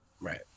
Right